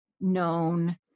known